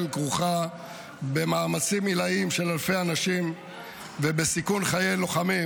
כרוכה במאמצים עילאיים של אלפי אנשים ובסיכון חיי לוחמים,